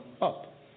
up